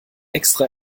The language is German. extra